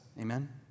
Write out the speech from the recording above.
Amen